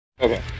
Okay